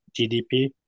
gdp